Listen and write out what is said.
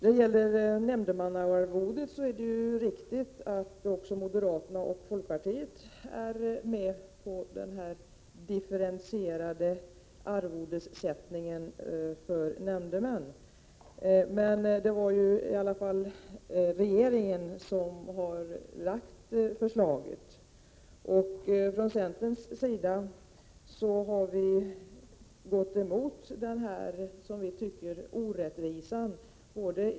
När det gäller nämndemannaarvodet är det riktigt att också - derater och folkpartister är med på den differentierade arvodessättni 'n för nämndemän. Men det var i alla fall regeringen som lade fram förslaget. Från centerns sida har vi gått emot denna orättvisa, som vi uppfattar det.